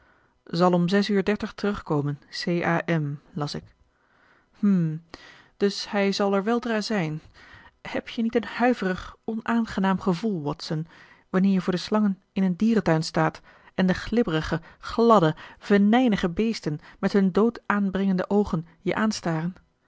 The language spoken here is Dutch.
zal om uur terugkomen c a m las ik hm dus hij zal er weldra zijn heb je niet een huiverig onaangenaam gevoel watson wanneer je voor de slangen in een dierentuin staat en de glibberige gladde venijnige beesten met hun doodaanbrengende oogen je